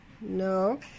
No